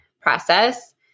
process